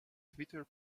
twitter